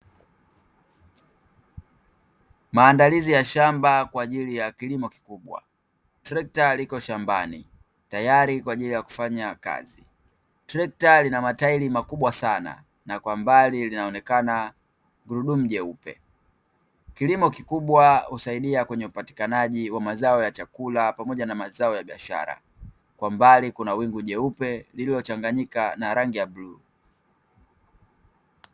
Maandalizi ya shamba kwa ajili ya kilimo kikubwa, trekta liko shambani tayari kwa ajili ya kufanya kazi, trekta lina matairi makubwa sana na kwa mbali linaonekana gurudumu jeupe. Kilimo kikubwa husaidia kwenye upatikanaji wa mazao ya chakula pamoja na mazao ya biashara, kwa mbali kuna wingu jeupe lililochanganyika na rangi ya bluu.